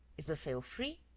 is the sale free?